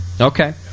Okay